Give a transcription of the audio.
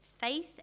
Faith